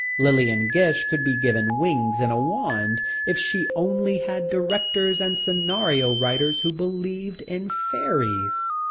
lillian gish could be given wings and a wand if she only had directors and scenario writers who believed in fairies.